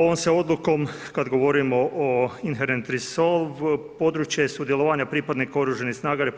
Ovom se odlukom, kad govorimo o INHERENT RESOLVE područje sudjelovanja pripadnika Oružanih snaga RH